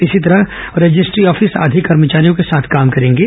इसी तरह registry office आधे कर्मचारियों के साथ काम करेंगे